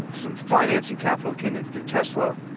some financing capital came in through tesla,